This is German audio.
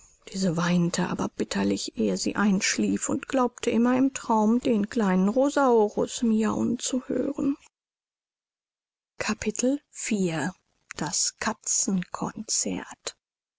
diese weinte aber bitterlich ehe sie einschlief und glaubte immer im traum den kleinen rosaurus miauen zu hören